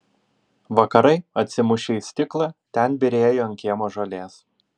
vakarai atsimušę į stiklą ten byrėjo ant kiemo žolės